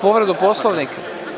Povreda Poslovnika?